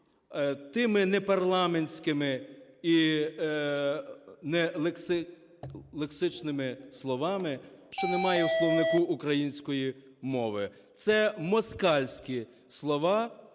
тими непарламентськими і нелексичними словами, що немає у словнику української мови. Це москальські слова,